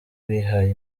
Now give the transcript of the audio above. bihaye